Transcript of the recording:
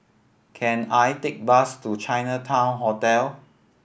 can I take bus to Chinatown Hotel